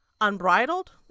unbridled